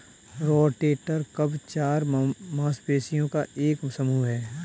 rotator cuff चार मांसपेशियों का एक समूह है